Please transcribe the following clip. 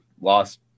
lost